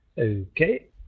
Okay